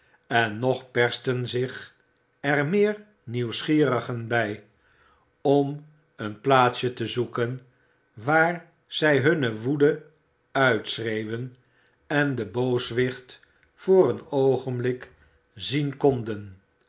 en nog persten zich er meer nieuwsgierigen bij om een plaatsje te zoeken waar zij hunne woede uitschreeuwen en den booswicht voor een oogenblik zien konden